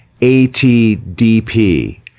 ATDP